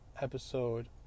episode